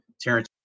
Terrence